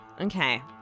Okay